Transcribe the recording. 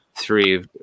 three